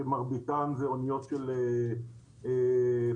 ומרביתן אוניות של פלדות.